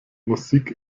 musik